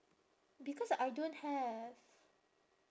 because I don't have